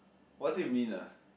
what's it mean ah